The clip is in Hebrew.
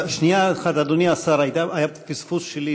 שנייה אחת, אדוני השר, היה פספוס שלי.